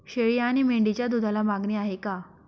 शेळी आणि मेंढीच्या दूधाला मागणी आहे का?